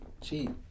cheap